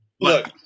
look